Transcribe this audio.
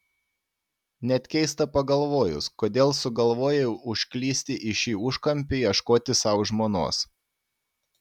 net keista pagalvojus kodėl sugalvojai užklysti į šį užkampį ieškoti sau žmonos